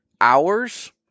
hours